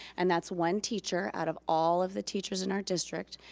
and that's one teacher out of all of the teachers in our district,